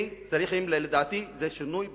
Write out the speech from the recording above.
לדעתי, זה שינוי בתפיסה.